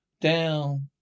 Down